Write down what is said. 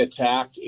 attack